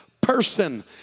person